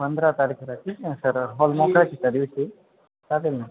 पंधरा तारीखला ठीक आहे ना सर हॉल मोकळाच आहे त्यादिवशी चालेल ना